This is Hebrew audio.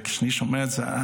וכשאני שומע את זה,